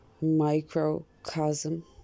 microcosm